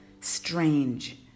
strange